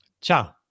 Ciao